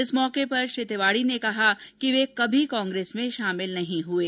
इस मौके पर श्री तिवाड़ी ने कहा कि वे कभी कांग्रेस में शामिल नहीं हुये